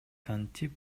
кантип